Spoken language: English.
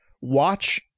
watch